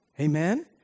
Amen